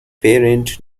parent